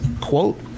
quote